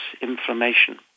inflammation